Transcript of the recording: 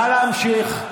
נא להמשיך.